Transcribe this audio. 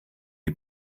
die